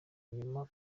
nyuma